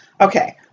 Okay